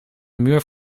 muur